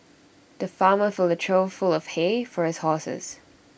the farmer filled A trough full of hay for his horses